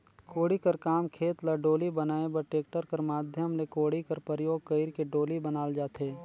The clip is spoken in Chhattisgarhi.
कोड़ी कर काम खेत ल डोली बनाए बर टेक्टर कर माध्यम ले कोड़ी कर परियोग कइर के डोली बनाल जाथे